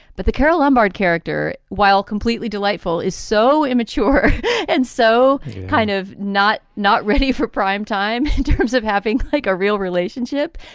but the carole lombard character, while completely delightful, is so immature and so kind of not not ready for primetime in terms of having, like a real relationship,